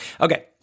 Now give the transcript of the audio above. Okay